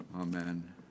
amen